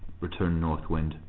returned north wind.